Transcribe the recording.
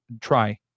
try